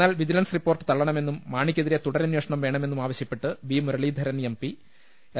എന്നാൽ vigilance report തളളണമെന്നും മാണിക്കെതിരെ തുടരമ്പേഷണം വേണ മെന്നും ആവശ്യപ്പെട്ട് V Muraleedharan M P L